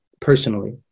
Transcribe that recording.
personally